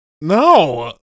No